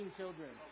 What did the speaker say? children